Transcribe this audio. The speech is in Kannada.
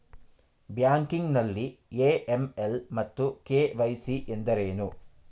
ಬ್ಯಾಂಕಿಂಗ್ ನಲ್ಲಿ ಎ.ಎಂ.ಎಲ್ ಮತ್ತು ಕೆ.ವೈ.ಸಿ ಎಂದರೇನು?